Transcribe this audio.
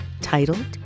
titled